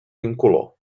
incolor